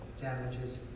damages